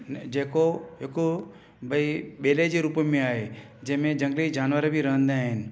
जेको हिकु भई बेले जे रूप में आहे जंहिंमें झंगिली जानवर बि रहंदा आहिनि